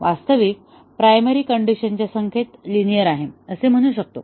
वास्तविक प्रायमरी कंडीशनच्या संख्येत लिनिअर आहे असे म्हणू शकतो